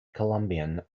columbian